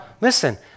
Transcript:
listen